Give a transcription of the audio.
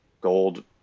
gold